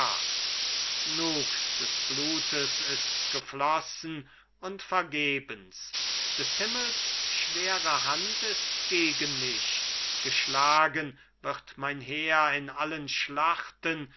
des blutes ist geflossen und vergebens des himmels schwere hand ist gegen mich geschlagen wird mein heer in allen schlachten